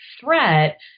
threat